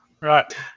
Right